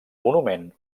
monument